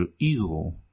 easel